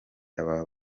aba